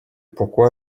pourquoi